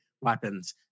weapons